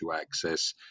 access